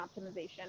optimization